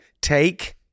Take